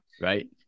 Right